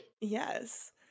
Yes